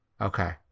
Okay